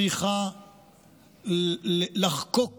צריכה לחקוק